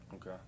Okay